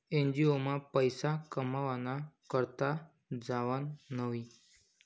NGO मा पैसा कमावाना करता जावानं न्हयी